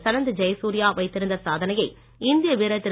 சனத்து ஜெயசூர்யா வைத்திருந்த சாதனையை இந்திய வீரர் திரு